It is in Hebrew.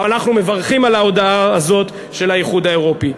אבל אנחנו מברכים על ההודעה הזאת של האיחוד האירופי.